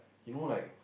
you know like